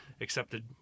accepted